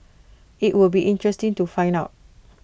IT would be interesting to find out